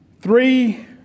three